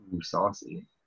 saucy